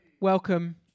welcome